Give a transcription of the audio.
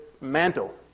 mantle